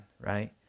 right